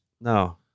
No